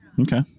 Okay